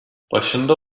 başında